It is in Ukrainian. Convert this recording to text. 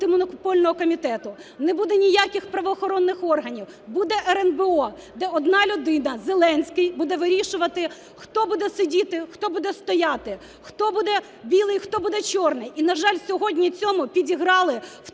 Антимонопольного комітету, не буде ніяких правоохоронних органів – буде РНБО, де одна людина Зеленський буде вирішувати, хто буде сидіти, хто буде стояти, хто буде білий, хто буде чорний. І, на жаль, сьогодні цьому підіграли, в